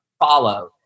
follow